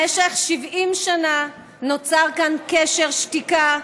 במשך 70 שנה נוצר כאן קשר שתיקה,